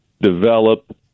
develop